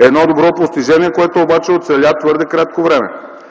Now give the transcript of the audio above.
Едно добро постижение, което обаче оцеля твърде кратко време.